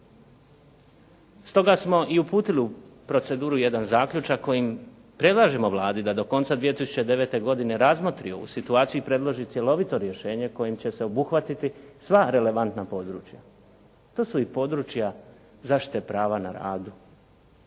Stoga smo i uputili u proceduru jedan zaključak kojim predlažemo Vladi da do konce 2009. godine razmotri ovu situaciju i predloži cjelovito rješenje kojim će se obuhvatiti sva relevantna područja. To su i područja zaštite prava na radu.